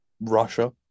Russia